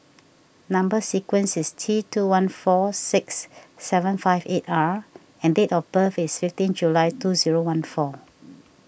Number Sequence is T two one four six seven five eight R and date of birth is fifteen July two zero one four